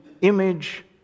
image